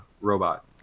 robot